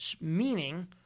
Meaning